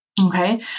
Okay